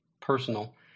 personal